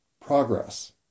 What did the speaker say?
Progress